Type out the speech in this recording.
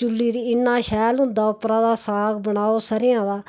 चुल्ली र इन्ना शैल होंदा उप्परा दा साग बनाओ सरेआं दा